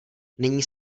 nyní